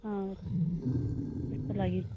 त्यसको लागि